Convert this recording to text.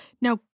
now